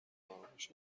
ارامش